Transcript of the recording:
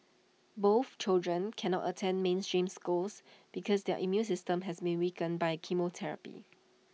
both children cannot attend mainstream schools because their immune systems has been weakened by chemotherapy